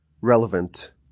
relevant